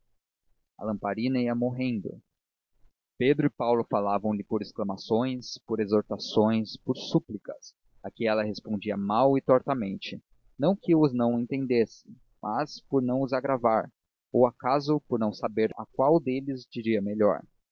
a lamparina ia morrendo pedro e paulo falavam lhe por exclamações por exortações por súplicas a que ela respondia mal e tortamente não que os não entendesse mas por não os agravar ou acaso por não saber a qual deles diria melhor